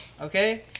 Okay